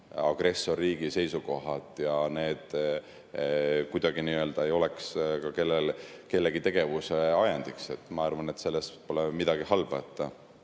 agressorriigi seisukohad ja need kuidagi ei oleks ka kellegi tegevuse ajendiks. Ma arvan, et selles pole midagi halba.